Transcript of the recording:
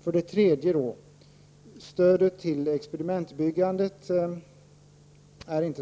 För det tredje är